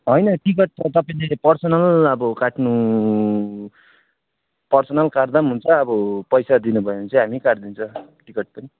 होइन टिकट त तपाईँले पर्सनल अब काट्नु पर्सनल काट्दा पनि हुन्छ अब पैसा दिनु भयो भने चाहिँ हामी काटिदिन्छ टिकट पनि